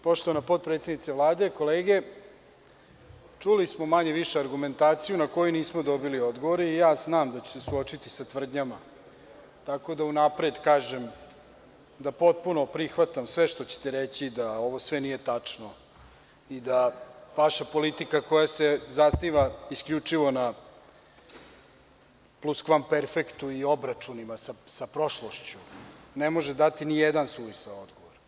Poštovana potpredsednice Vlade, kolege, čuli smo manje-više argumentaciju na koju nismo dobili odgovore i ja znam da ću se suočiti sa tvrdnjama, tako da unapred kažem da potpuno prihvatam sve što ćete reći, da ovo sve nije tačno, da vaša politika, koja se zasniva isključivo na pluskvamperfektu i obračunima sa prošlošću, ne može dati ni jedan suvisao odgovor.